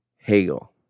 Hegel